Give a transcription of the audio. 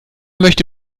möchte